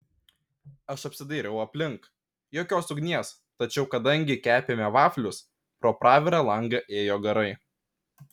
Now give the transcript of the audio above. aš apsidairiau aplink jokios ugnies tačiau kadangi kepėme vaflius pro pravirą langą ėjo garai